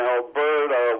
Alberta